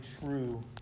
true